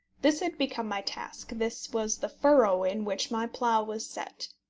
this had become my task, this was the furrow in which my plough was set,